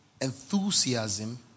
enthusiasm